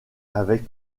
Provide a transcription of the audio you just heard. avec